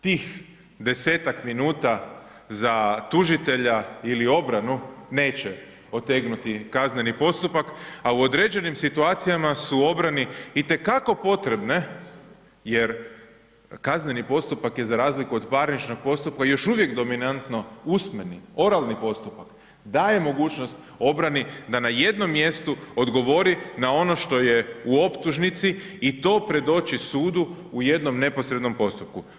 Tih 10 minuta za tužitelja ili obranu, neće otegnuti kazneni postupak a u određenim situacijama su obrani itekako potrebne jer kazneni postupak je za razliku od parničnog postupka još uvijek dominantno usmeni, oralni postupak, daje mogućnost obrani da na jednom mjestu odgovori na ono što je u optužnici i to predoči sudu u jednom neposrednom postupku.